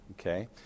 Okay